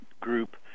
group